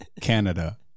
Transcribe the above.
Canada